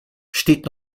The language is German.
steht